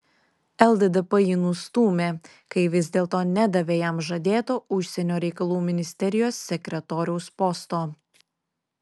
lddp jį nustūmė kai vis dėlto nedavė jam žadėto užsienio reikalų ministerijos sekretoriaus posto